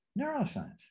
neuroscience